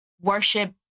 worship